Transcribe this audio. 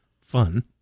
fun